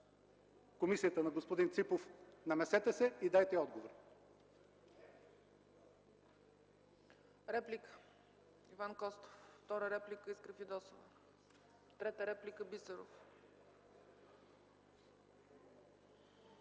комисията на господин Ципов, намесете се и дайте отговори.